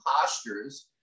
postures